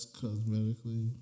cosmetically